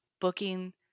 booking